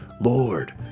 lord